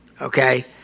okay